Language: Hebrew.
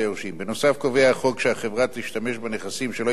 החוק קובע שהחברה תשתמש בנכסים שלא יימצאו להם יורשים